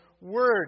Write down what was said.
word